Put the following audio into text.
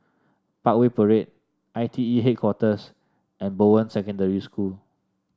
Parkway Parade I T E Headquarters and Bowen Secondary School